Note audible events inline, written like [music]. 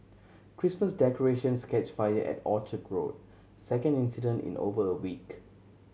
Christmas decorations catch fire at Orchard [unintelligible] second incident in over a week